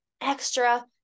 extra